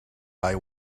eye